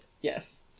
Yes